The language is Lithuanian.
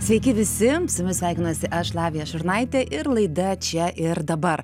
sveiki visi su jumis sveikinuosi aš lavija šurnaitė ir laida čia ir dabar